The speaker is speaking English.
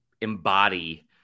embody